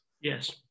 yes